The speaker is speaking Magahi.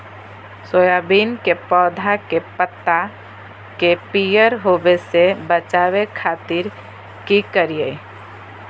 सोयाबीन के पौधा के पत्ता के पियर होबे से बचावे खातिर की करिअई?